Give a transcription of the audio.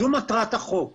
זו מטרת החוק.